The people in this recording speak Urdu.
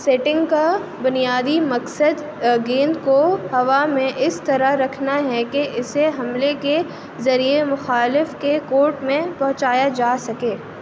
سیٹنگ کا بنیادی مقصد گیند کو ہوا میں اس طرح رکھنا ہے کہ اسے حملے کے ذریعے مخالف کے کورٹ میں پہنچایا جا سکے